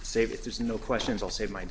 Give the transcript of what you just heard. save it there's no questions i'll save my